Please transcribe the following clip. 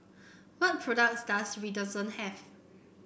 what products does Redoxon have